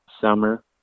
summer